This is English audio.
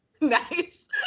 Nice